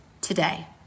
today